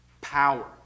power